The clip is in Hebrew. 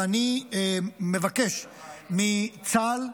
ואני מבקש מצה"ל,